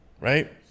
Right